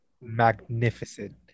magnificent